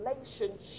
relationship